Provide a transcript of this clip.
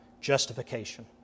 justification